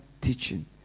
teaching